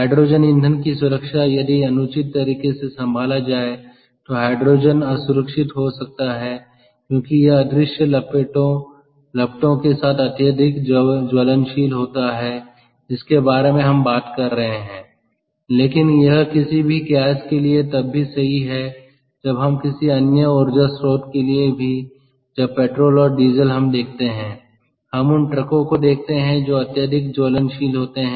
hydrogen ईंधन की सुरक्षा यदि अनुचित तरीके से संभाला जाए तो हाइड्रोजन असुरक्षित हो सकता है क्योंकि यह अदृश्य लपटों के साथ अत्यधिक ज्वलनशील होता है जिसके बारे में हम बात कर रहे हैं लेकिन यह किसी भी गैस के लिए तब भी सही है जब हम किसी अन्य ऊर्जा स्रोत के लिए भी जब पेट्रोल और डीजल हम देखते हैं हम उन ट्रकों को देखते हैं जो अत्यधिक ज्वलनशील होते हैं